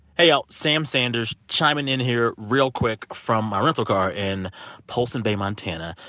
hey, y'all. sam sanders chiming in here real quick from my rental car in polson bay, mont. and